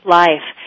life